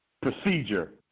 procedure